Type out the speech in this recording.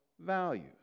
values